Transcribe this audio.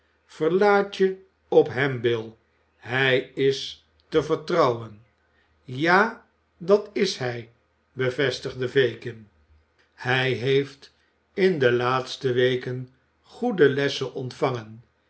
verlaat je op hem bill hij is te vertrouwen ja dat is hij bevestigde fagin hij heeft in de laatste weken goede lessen ontvangen